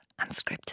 Unscripted